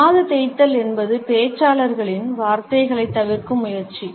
காது தேய்த்தல் என்பது பேச்சாளரின் வார்த்தைகளைத் தவிர்க்கும் முயற்சி